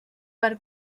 per